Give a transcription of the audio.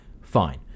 fine